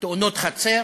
תאונות חצר.